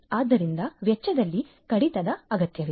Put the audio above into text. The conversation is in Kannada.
ಆದ್ದರಿಂದ ವೆಚ್ಚದಲ್ಲಿ ಕಡಿತದ ಅಗತ್ಯವಿದೆ